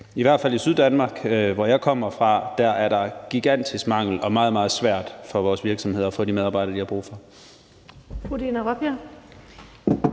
i hvert fald i Syddanmark, hvor jeg kommer fra, er gigantisk mangel, og det er meget, meget svært for vores virksomheder få de medarbejdere, de har brug for,